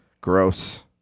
Gross